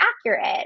accurate